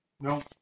No